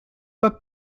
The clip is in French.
pas